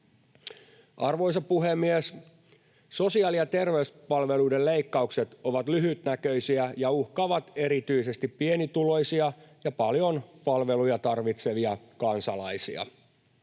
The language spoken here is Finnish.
Arvoisa puhemies! Sosiaali- ja terveyspalveluiden leikkaukset ovat lyhytnäköisiä ja uhkaavat erityisesti pienituloisia ja paljon palveluja tarvitsevia kansalaisia.